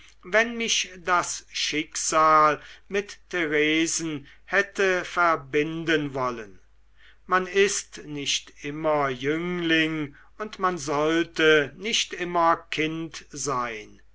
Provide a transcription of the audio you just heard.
wenn mich das schicksal mit theresen hätte verbinden wollen man ist nicht immer jüngling und man sollte nicht immer kind sein